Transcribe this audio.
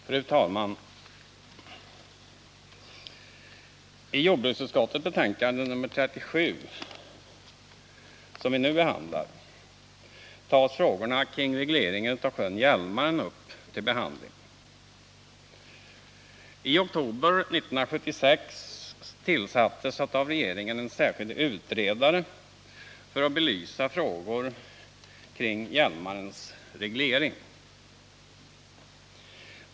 Fru talman! I jordbruksutskottets betänkande nr 37. som vi nu behandlar, tas frågor kring regleringen av sjön Hjälmaren upp till behandling. I oktober 1976 tillkallades av regeringen en särskild utredare för att belysa frågor kring Hjälmarens reglering.